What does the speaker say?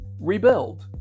Rebuild